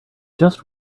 just